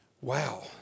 Wow